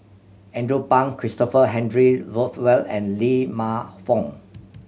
Andrew Phang Christopher Henry Rothwell and Lee Man Fong